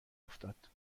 افتاد